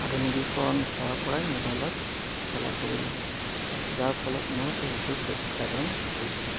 আধুনিকীকৰণ হোৱাৰ পৰাই ম'বাইলত খেলা কৰিলোঁ যাৰ ফলত মোৰ বহুতো ক্ষতিসাধন হৈছে